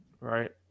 right